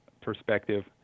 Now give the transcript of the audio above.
perspective